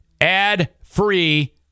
ad-free